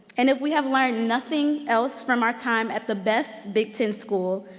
and if we have learned nothing else from our time at the best big ten school,